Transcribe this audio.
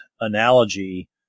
analogy